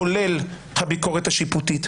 כולל הביקורת השיפוטית.